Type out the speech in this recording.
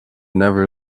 never